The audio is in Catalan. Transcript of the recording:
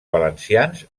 valencians